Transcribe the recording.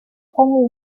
caso